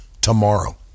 tomorrow